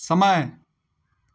समय